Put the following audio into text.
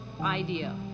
idea